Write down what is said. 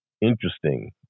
interesting